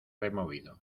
removido